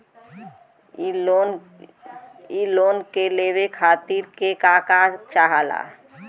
इ लोन के लेवे खातीर के का का चाहा ला?